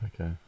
Okay